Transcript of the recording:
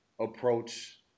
approach